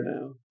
now